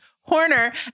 Horner